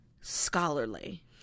scholarly